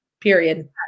period